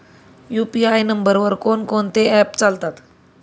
UPI नंबरवर कोण कोणते ऍप्स चालतात?